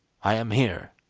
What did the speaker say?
i am here.